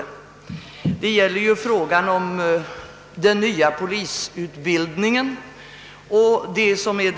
Det gäller den nya polisutbildningen och tillsättning av tjänster.